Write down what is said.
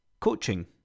coaching